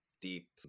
deep